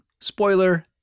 Spoiler